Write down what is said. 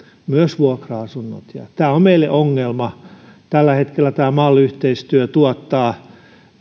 myös vuokra asunnot ja tämä on meille ongelma tällä hetkellä tämä mal yhteistyö tuottaa